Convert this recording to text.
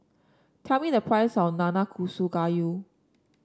tell me the price of Nanakusa Gayu